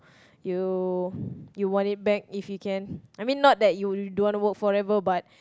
you'll you'll want it back if you can I mean not like you don't want to work forever but